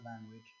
language